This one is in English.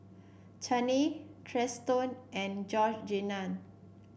Chaney Triston and Georgeanna